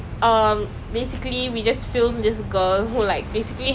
oh ya we wanted to watch right this pandemic !aiya! wasted lah